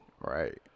Right